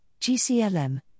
GCLM